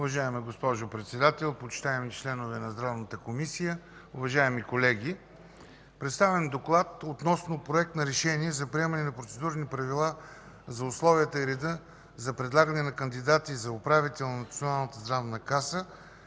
Уважаема госпожо председател, почитаеми членове на Здравната комисия, уважаеми колеги! Представям Ви: „ДОКЛАД относно Проект на решение за приемане на процедурни правила за условията и реда за предлагане на кандидати за управител на Националната здравноосигурителна